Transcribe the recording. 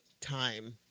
time